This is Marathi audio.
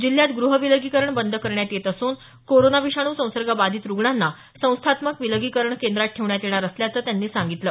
जिल्ह्यात गृह विलगीकरण बंद करण्यात येत असून कोरोना विषाणू संसर्ग बाधित रूग्णांना संस्थात्मक विलगीकरण केंद्रात ठेवण्यात येणार असल्याचं त्यांनी सांगितलं